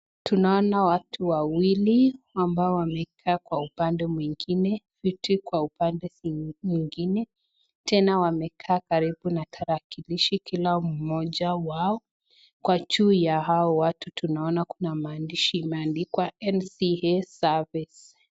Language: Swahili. Tunaona watu wawili ambao wamekaa kwa upande mwingine, viti kwa upande mwingine , tena wamekaa karibu na tarakilishi kila mmoja wao, kwa juu ya hao watu tunaona kuna maandishi imeandikwa NCA service .